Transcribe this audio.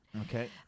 Okay